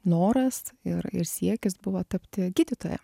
noras ir ir siekis buvo tapti gydytoja